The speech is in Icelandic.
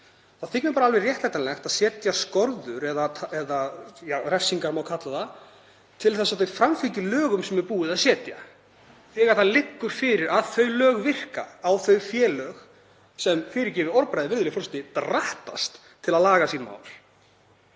þykir alveg réttlætanlegt að setja skorður eða refsingar, má kalla það, til þess að þau framfylgi lögum sem er búið að setja, þegar það liggur fyrir að þau lög virka á þau félög sem, fyrirgefið orðbragðið, virðulegi forseti, drattast til að laga sín mál.